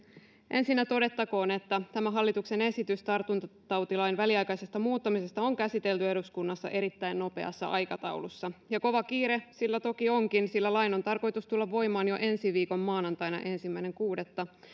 ensinnä todettakoon että tämä hallituksen esitys tartuntatautilain väliaikaisesta muuttamisesta on käsitelty eduskunnassa erittäin nopeassa aikataulussa ja kova kiire sillä toki onkin sillä lain on tarkoitus tulla voimaan jo ensi viikon maanantaina ensimmäinen kuudetta